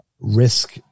risk